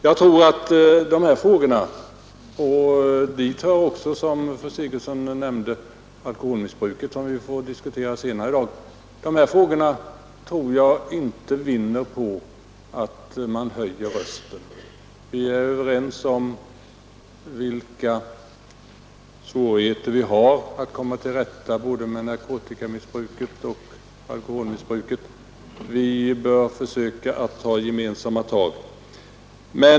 Jag tror inte att dessa frågors lösning — och dit hör också, som fru Sigurdsen nämnde, alkoholmissbruket, som vi får diskutera senare i dag — vinner på att man höjer rösten. Vi är överens om hur svårt det är att komma till rätta med både narkotikamissbruket och alkoholmissbruket. Vi bör försöka att ta gemensamma tag.